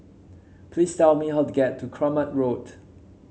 please tell me how to get to Kramat Road